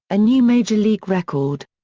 a new major league record.